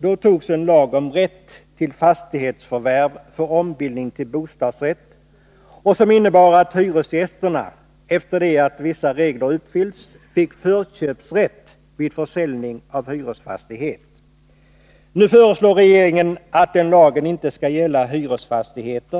Då antogs en lag om rätt till fastighetsförvärv vid ombildning till bostadsrätt som innebar att hyresgästerna, efter det att vissa förutsättningar uppfyllts, fick förköpsrätt vid försäljning av hyresfastighet. Nu föreslår regeringen att den lagen inte skall gälla hyresfastighet